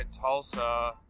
Tulsa